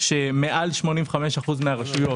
שמעל כ-85% מהרשויות,